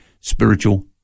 spiritual